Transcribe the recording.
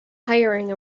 hiring